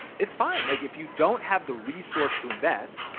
it's fine like if you don't have the resource to invest,